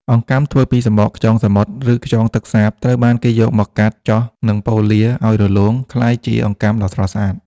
អង្កាំធ្វើពីសំបកខ្យងសមុទ្រ ឬខ្យងទឹកសាប ត្រូវបានគេយកមកកាត់ ចោះ និងប៉ូលាឲ្យរលោងក្លាយជាអង្កាំដ៏ស្រស់ស្អាត។